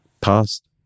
past